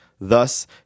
Thus